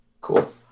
Cool